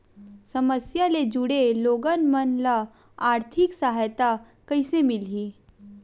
समस्या ले जुड़े लोगन मन ल आर्थिक सहायता कइसे मिलही?